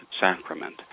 Sacrament